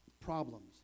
problems